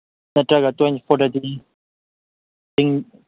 ꯅꯠꯇ꯭ꯔꯒ ꯇ꯭ꯋꯦꯟꯇꯤ ꯐꯣꯔꯗꯗꯤ